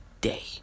day